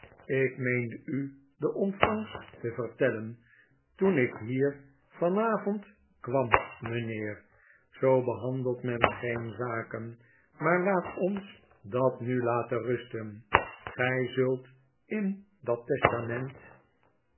ik meende u de ontvangst te vertellen toen ik bier van avond kwam mijnheer zoo behandelt men geen zaken maar laat ons dat nu laten rusten gij zult in dat testament